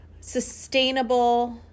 sustainable